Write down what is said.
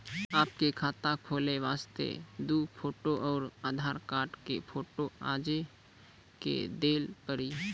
आपके खाते खोले वास्ते दु फोटो और आधार कार्ड के फोटो आजे के देल पड़ी?